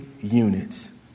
units